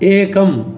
एकम्